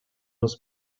nos